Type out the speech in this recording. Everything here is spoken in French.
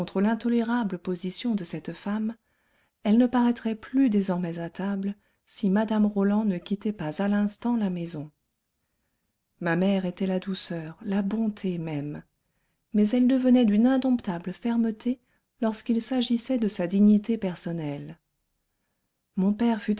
l'intolérable position de cette femme elle ne paraîtrait plus désormais à table si mme roland ne quittait pas à l'instant la maison ma mère était la douceur la bonté même mais elle devenait d'une indomptable fermeté lorsqu'il s'agissait de sa dignité personnelle mon père